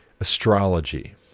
astrology